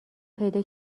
پیدا